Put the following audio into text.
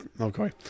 Okay